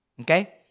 okay